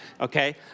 okay